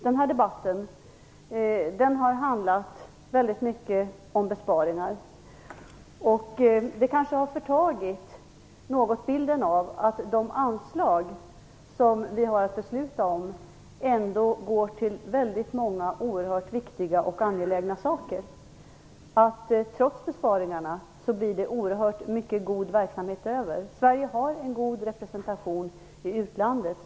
Den här debatten har handlat väldigt mycket om besparingar. Det kanske något har förtagit bilden av att de anslag som vi har att besluta om ändå går till många oerhört viktiga och angelägna ändamål. Trots besparingarna bedrivs oerhört mycket god verksamhet. Sverige har en god representation i utlandet.